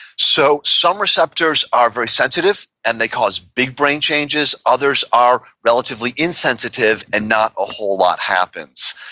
so some receptors are very sensitive, and the cause big brain changes. others are relatively insensitive, and not a whole lot happens.